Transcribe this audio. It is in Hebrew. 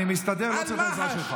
אני מסתדר, לא צריך עזרה שלך.